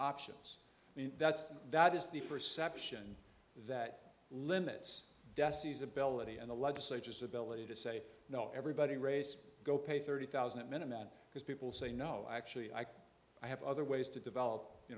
options and that's that is the perception that limits desis ability and the legislature is ability to say no everybody race go pay thirty thousand minimum because people say no actually i can i have other ways to develop you